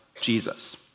Jesus